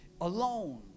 alone